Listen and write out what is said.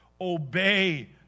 Obey